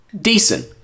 decent